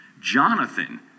Jonathan